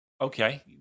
Okay